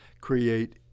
create